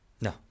No